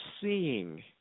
seeing